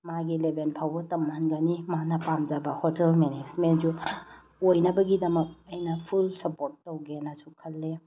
ꯃꯥꯒꯤ ꯂꯦꯕꯦꯟ ꯐꯥꯎꯕ ꯇꯃꯍꯟꯒꯅꯤ ꯃꯥꯅ ꯄꯥꯝꯖꯕ ꯍꯣꯇꯦꯜ ꯃꯦꯅꯦꯖꯃꯦꯟꯁꯨ ꯑꯣꯏꯅꯕꯒꯤꯗꯃꯛ ꯑꯩꯅ ꯐꯨꯜ ꯁꯞꯄꯣꯠ ꯇꯧꯒꯦꯅꯁꯨ ꯈꯜꯂꯦ